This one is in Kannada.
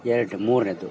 ಎರಡು ಮೂರನೇದು